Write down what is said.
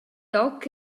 toc